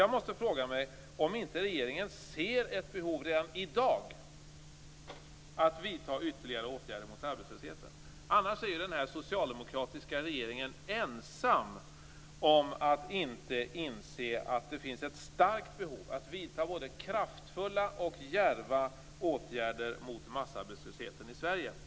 Jag måste fråga mig om inte regeringen ser ett behov redan i dag av att vidta ytterligare åtgärder mot arbetslösheten. Annars är ju den socialdemokratiska regeringen ensam om att inte inse att det finns ett starkt behov av att vidta både kraftfulla och djärva åtgärder mot massarbetslösheten i Sverige.